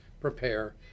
prepare